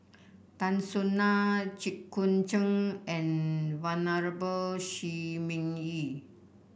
Tan Soo Nan Jit Koon Ch'ng and Venerable Shi Ming Yi